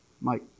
Mike